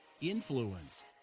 influence